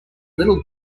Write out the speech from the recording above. little